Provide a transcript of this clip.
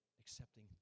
accepting